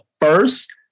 first